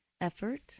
effort